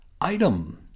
Item